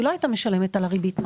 היא לא הייתה משלמת על הריבית מס,